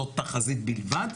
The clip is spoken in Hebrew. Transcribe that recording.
זאת תחזית בלבד,